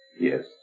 Yes